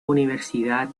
universidad